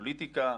פוליטיקה,